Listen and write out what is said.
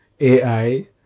AI